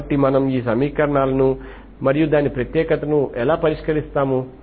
కాబట్టి మనము ఈ సమీకరణాలను మరియు దాని ప్రత్యేకతను ఎలా పరిష్కరిస్తాము